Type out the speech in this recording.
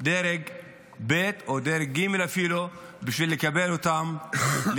בדרג ב' או אפילו דרג ג', בקבלה להתמחות.